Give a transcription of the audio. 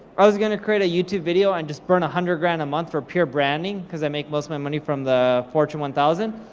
i was gonna create a youtube video and just burn a hundred grand a month for pure branding, cause i make most of my money from the fortune one thousand,